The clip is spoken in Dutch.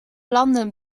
landen